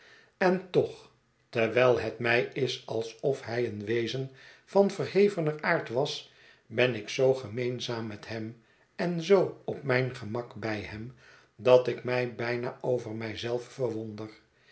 en toch terwijl het mij is alsof hij een wezen van verhevener aard was ben ik zoo gemeenzaam met hem en zoo op mijn gemak bij hem dat ik mij bijna over